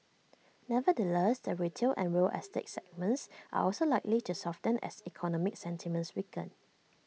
nevertheless the retail and real estate segments are also likely to soften as economic sentiments weaken